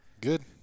Good